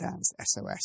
SOS